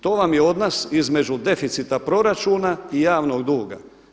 To vam je od nas između deficita proračuna i javnog duga.